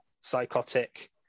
psychotic